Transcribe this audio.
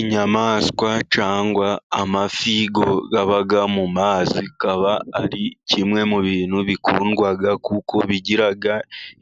Inyamaswa cyangwa amafi aba mu mazi, bikaba ari kimwe mu bintu bikundwa, kuko bigira